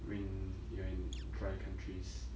when you are in dry countries